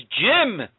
Jim